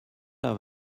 have